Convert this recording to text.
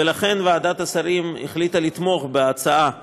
ולכן, ועדת השרים החליטה לתמוך בהצעה הזאת,